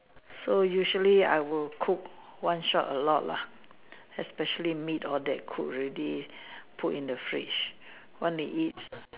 so usually I will cook one shot a lot lah especially meat all that cook already put in the fridge want to eat